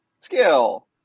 Skill